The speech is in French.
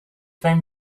fins